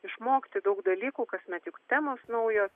išmokti daug dalykų kasmet juk temos naujos